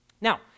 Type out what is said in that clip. Now